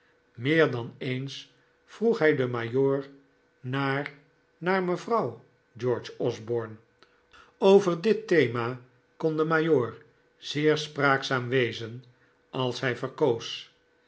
meer dan eens vroeg hij den majoor naar naar mevrouw george osborne over dit thema kon de majoor zeer spraakzaam wezen als hij verkoos